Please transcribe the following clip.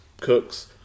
cooks